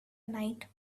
night